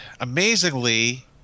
amazingly